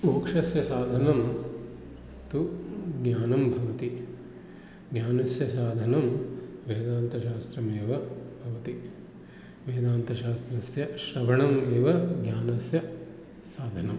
मोक्षस्य साधनं तु ज्ञानं भवति ज्ञानस्य साधनं वेदान्तशास्त्रमेव भवति वेदान्तशास्त्रस्य श्रवणम् एव ज्ञानस्य साधनम्